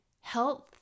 health